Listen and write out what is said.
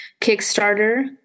Kickstarter